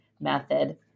method